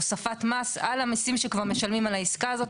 הוספת מס על המיסים שכבר משלמים על העסקה הזאת,